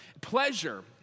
Pleasure